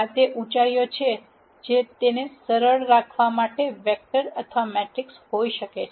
આ તે ઉંચાઈઓ છે જે તેને સરળ રાખવા માટે વેક્ટર અથવા મેટ્રિસ હોઈ શકે છે